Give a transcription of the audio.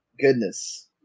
Goodness